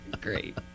Great